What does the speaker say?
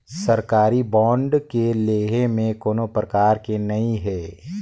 सरकारी बांड के लेहे में कोनो परकार के नइ हे